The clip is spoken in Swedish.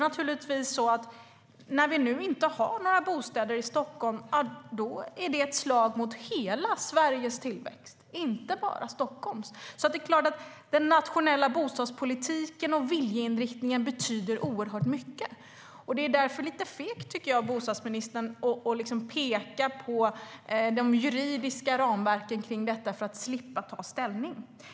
När vi inte har några bostäder i Stockholm är det ett slag mot hela Sveriges tillväxt, inte bara mot Stockholms tillväxt. Det är klart att den nationella bostadspolitiken och viljeinriktningen betyder oerhört mycket. Det är därför lite fegt av bostadsministern att peka på de juridiska ramverken för detta för att slippa ta ställning.